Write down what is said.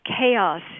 chaos